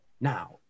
Now